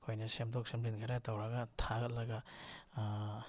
ꯑꯩꯈꯣꯏꯅ ꯁꯦꯝꯗꯣꯛ ꯁꯦꯝꯖꯤꯟ ꯈꯔ ꯇꯧꯔꯒ ꯊꯥꯒꯠꯂꯒ